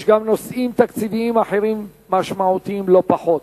יש גם נושאים תקציביים אחרים משמעותיים לא פחות,